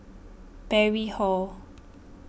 Parry Hall